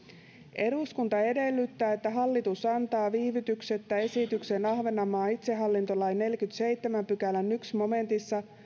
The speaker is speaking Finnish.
eduskunta edellyttää että hallitus antaa viivytyksettä esityksen ahvenanmaan itsehallintolain neljännenkymmenennenseitsemännen pykälän ensimmäisessä momentissa